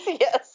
Yes